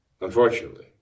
unfortunately